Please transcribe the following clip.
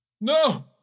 No